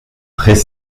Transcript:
très